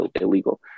illegal